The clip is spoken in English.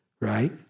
right